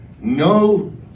no